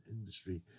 industry